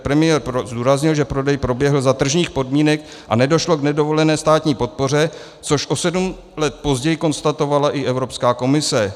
Premiér zdůraznil, že prodej proběhl za tržních podmínek a nedošlo k nedovolené státní podpoře, což o sedm let později konstatovala i Evropská komise.